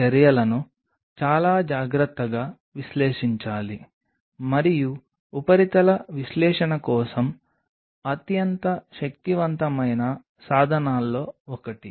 మీరు చేయాల్సింది ఏమిటంటే మీరు ఈ రకమైన పనిని చేసినప్పుడు మీరు గాజు ఉపరితలాన్ని చాలా పూర్తిగా శుభ్రం చేయాలి ఎందుకంటే ఈ రకమైన శోషణ జమ ప్రక్రియ తప్పనిసరిగా మీరు ఉపరితలంపై శోషిస్తున్నారని అర్థం